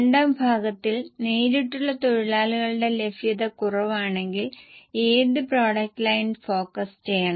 രണ്ടാം ഭാഗത്തിൽ നേരിട്ടുള്ള തൊഴിലാളികളുടെ ലഭ്യത കുറവാണെങ്കിൽ ഏത് പ്രോഡക്റ്റ് ലൈൻ ഫോക്കസ് ചെയ്യണം